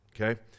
okay